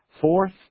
Fourth